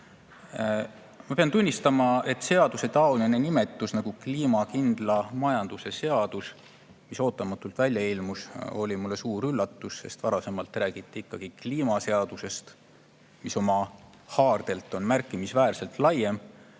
Ma pean tunnistama, et seaduse selline nimetus nagu kliimakindla majanduse seadus, mis ootamatult välja ilmus, oli mulle suur üllatus, sest varasemalt räägiti ikkagi kliimaseadusest, mis oma haardelt on märkimisväärselt laiem.